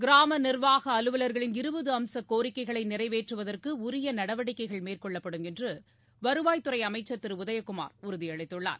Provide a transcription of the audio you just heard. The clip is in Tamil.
கிராம நிர்வாக அலுவலர்களின் இருபது அம்ச கோரிக்கைகளை நிறைவேற்றுவதற்கு உரிய நடவடிக்கைகள் மேற்கொள்ளப்படும் என்று வருவாய்த்துறை அமைச்சர் திரு உதயகுமார் உறுதி அளித்துள்ளார்